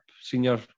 senior